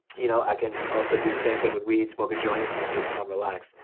you know i can also do the same thing with weed, smoke a joint, and i'm just, i'm relaxed.